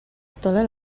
stole